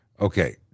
Okay